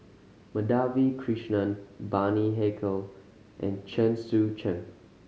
Madhavi Krishnan Bani Haykal and Chen Sucheng